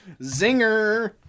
Zinger